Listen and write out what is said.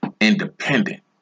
independent